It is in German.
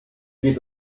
geht